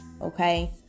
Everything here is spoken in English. okay